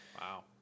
Wow